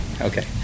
Okay